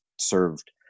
served